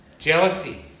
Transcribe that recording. Jealousy